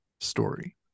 story